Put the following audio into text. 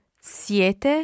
siete